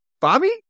Bobby